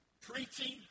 preaching